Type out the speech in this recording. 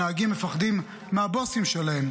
הנהגים מפחדים מהבוסים שלהם.